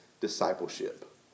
discipleship